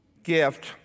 gift